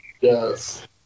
yes